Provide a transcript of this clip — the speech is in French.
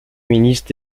ministre